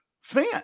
fan